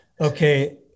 Okay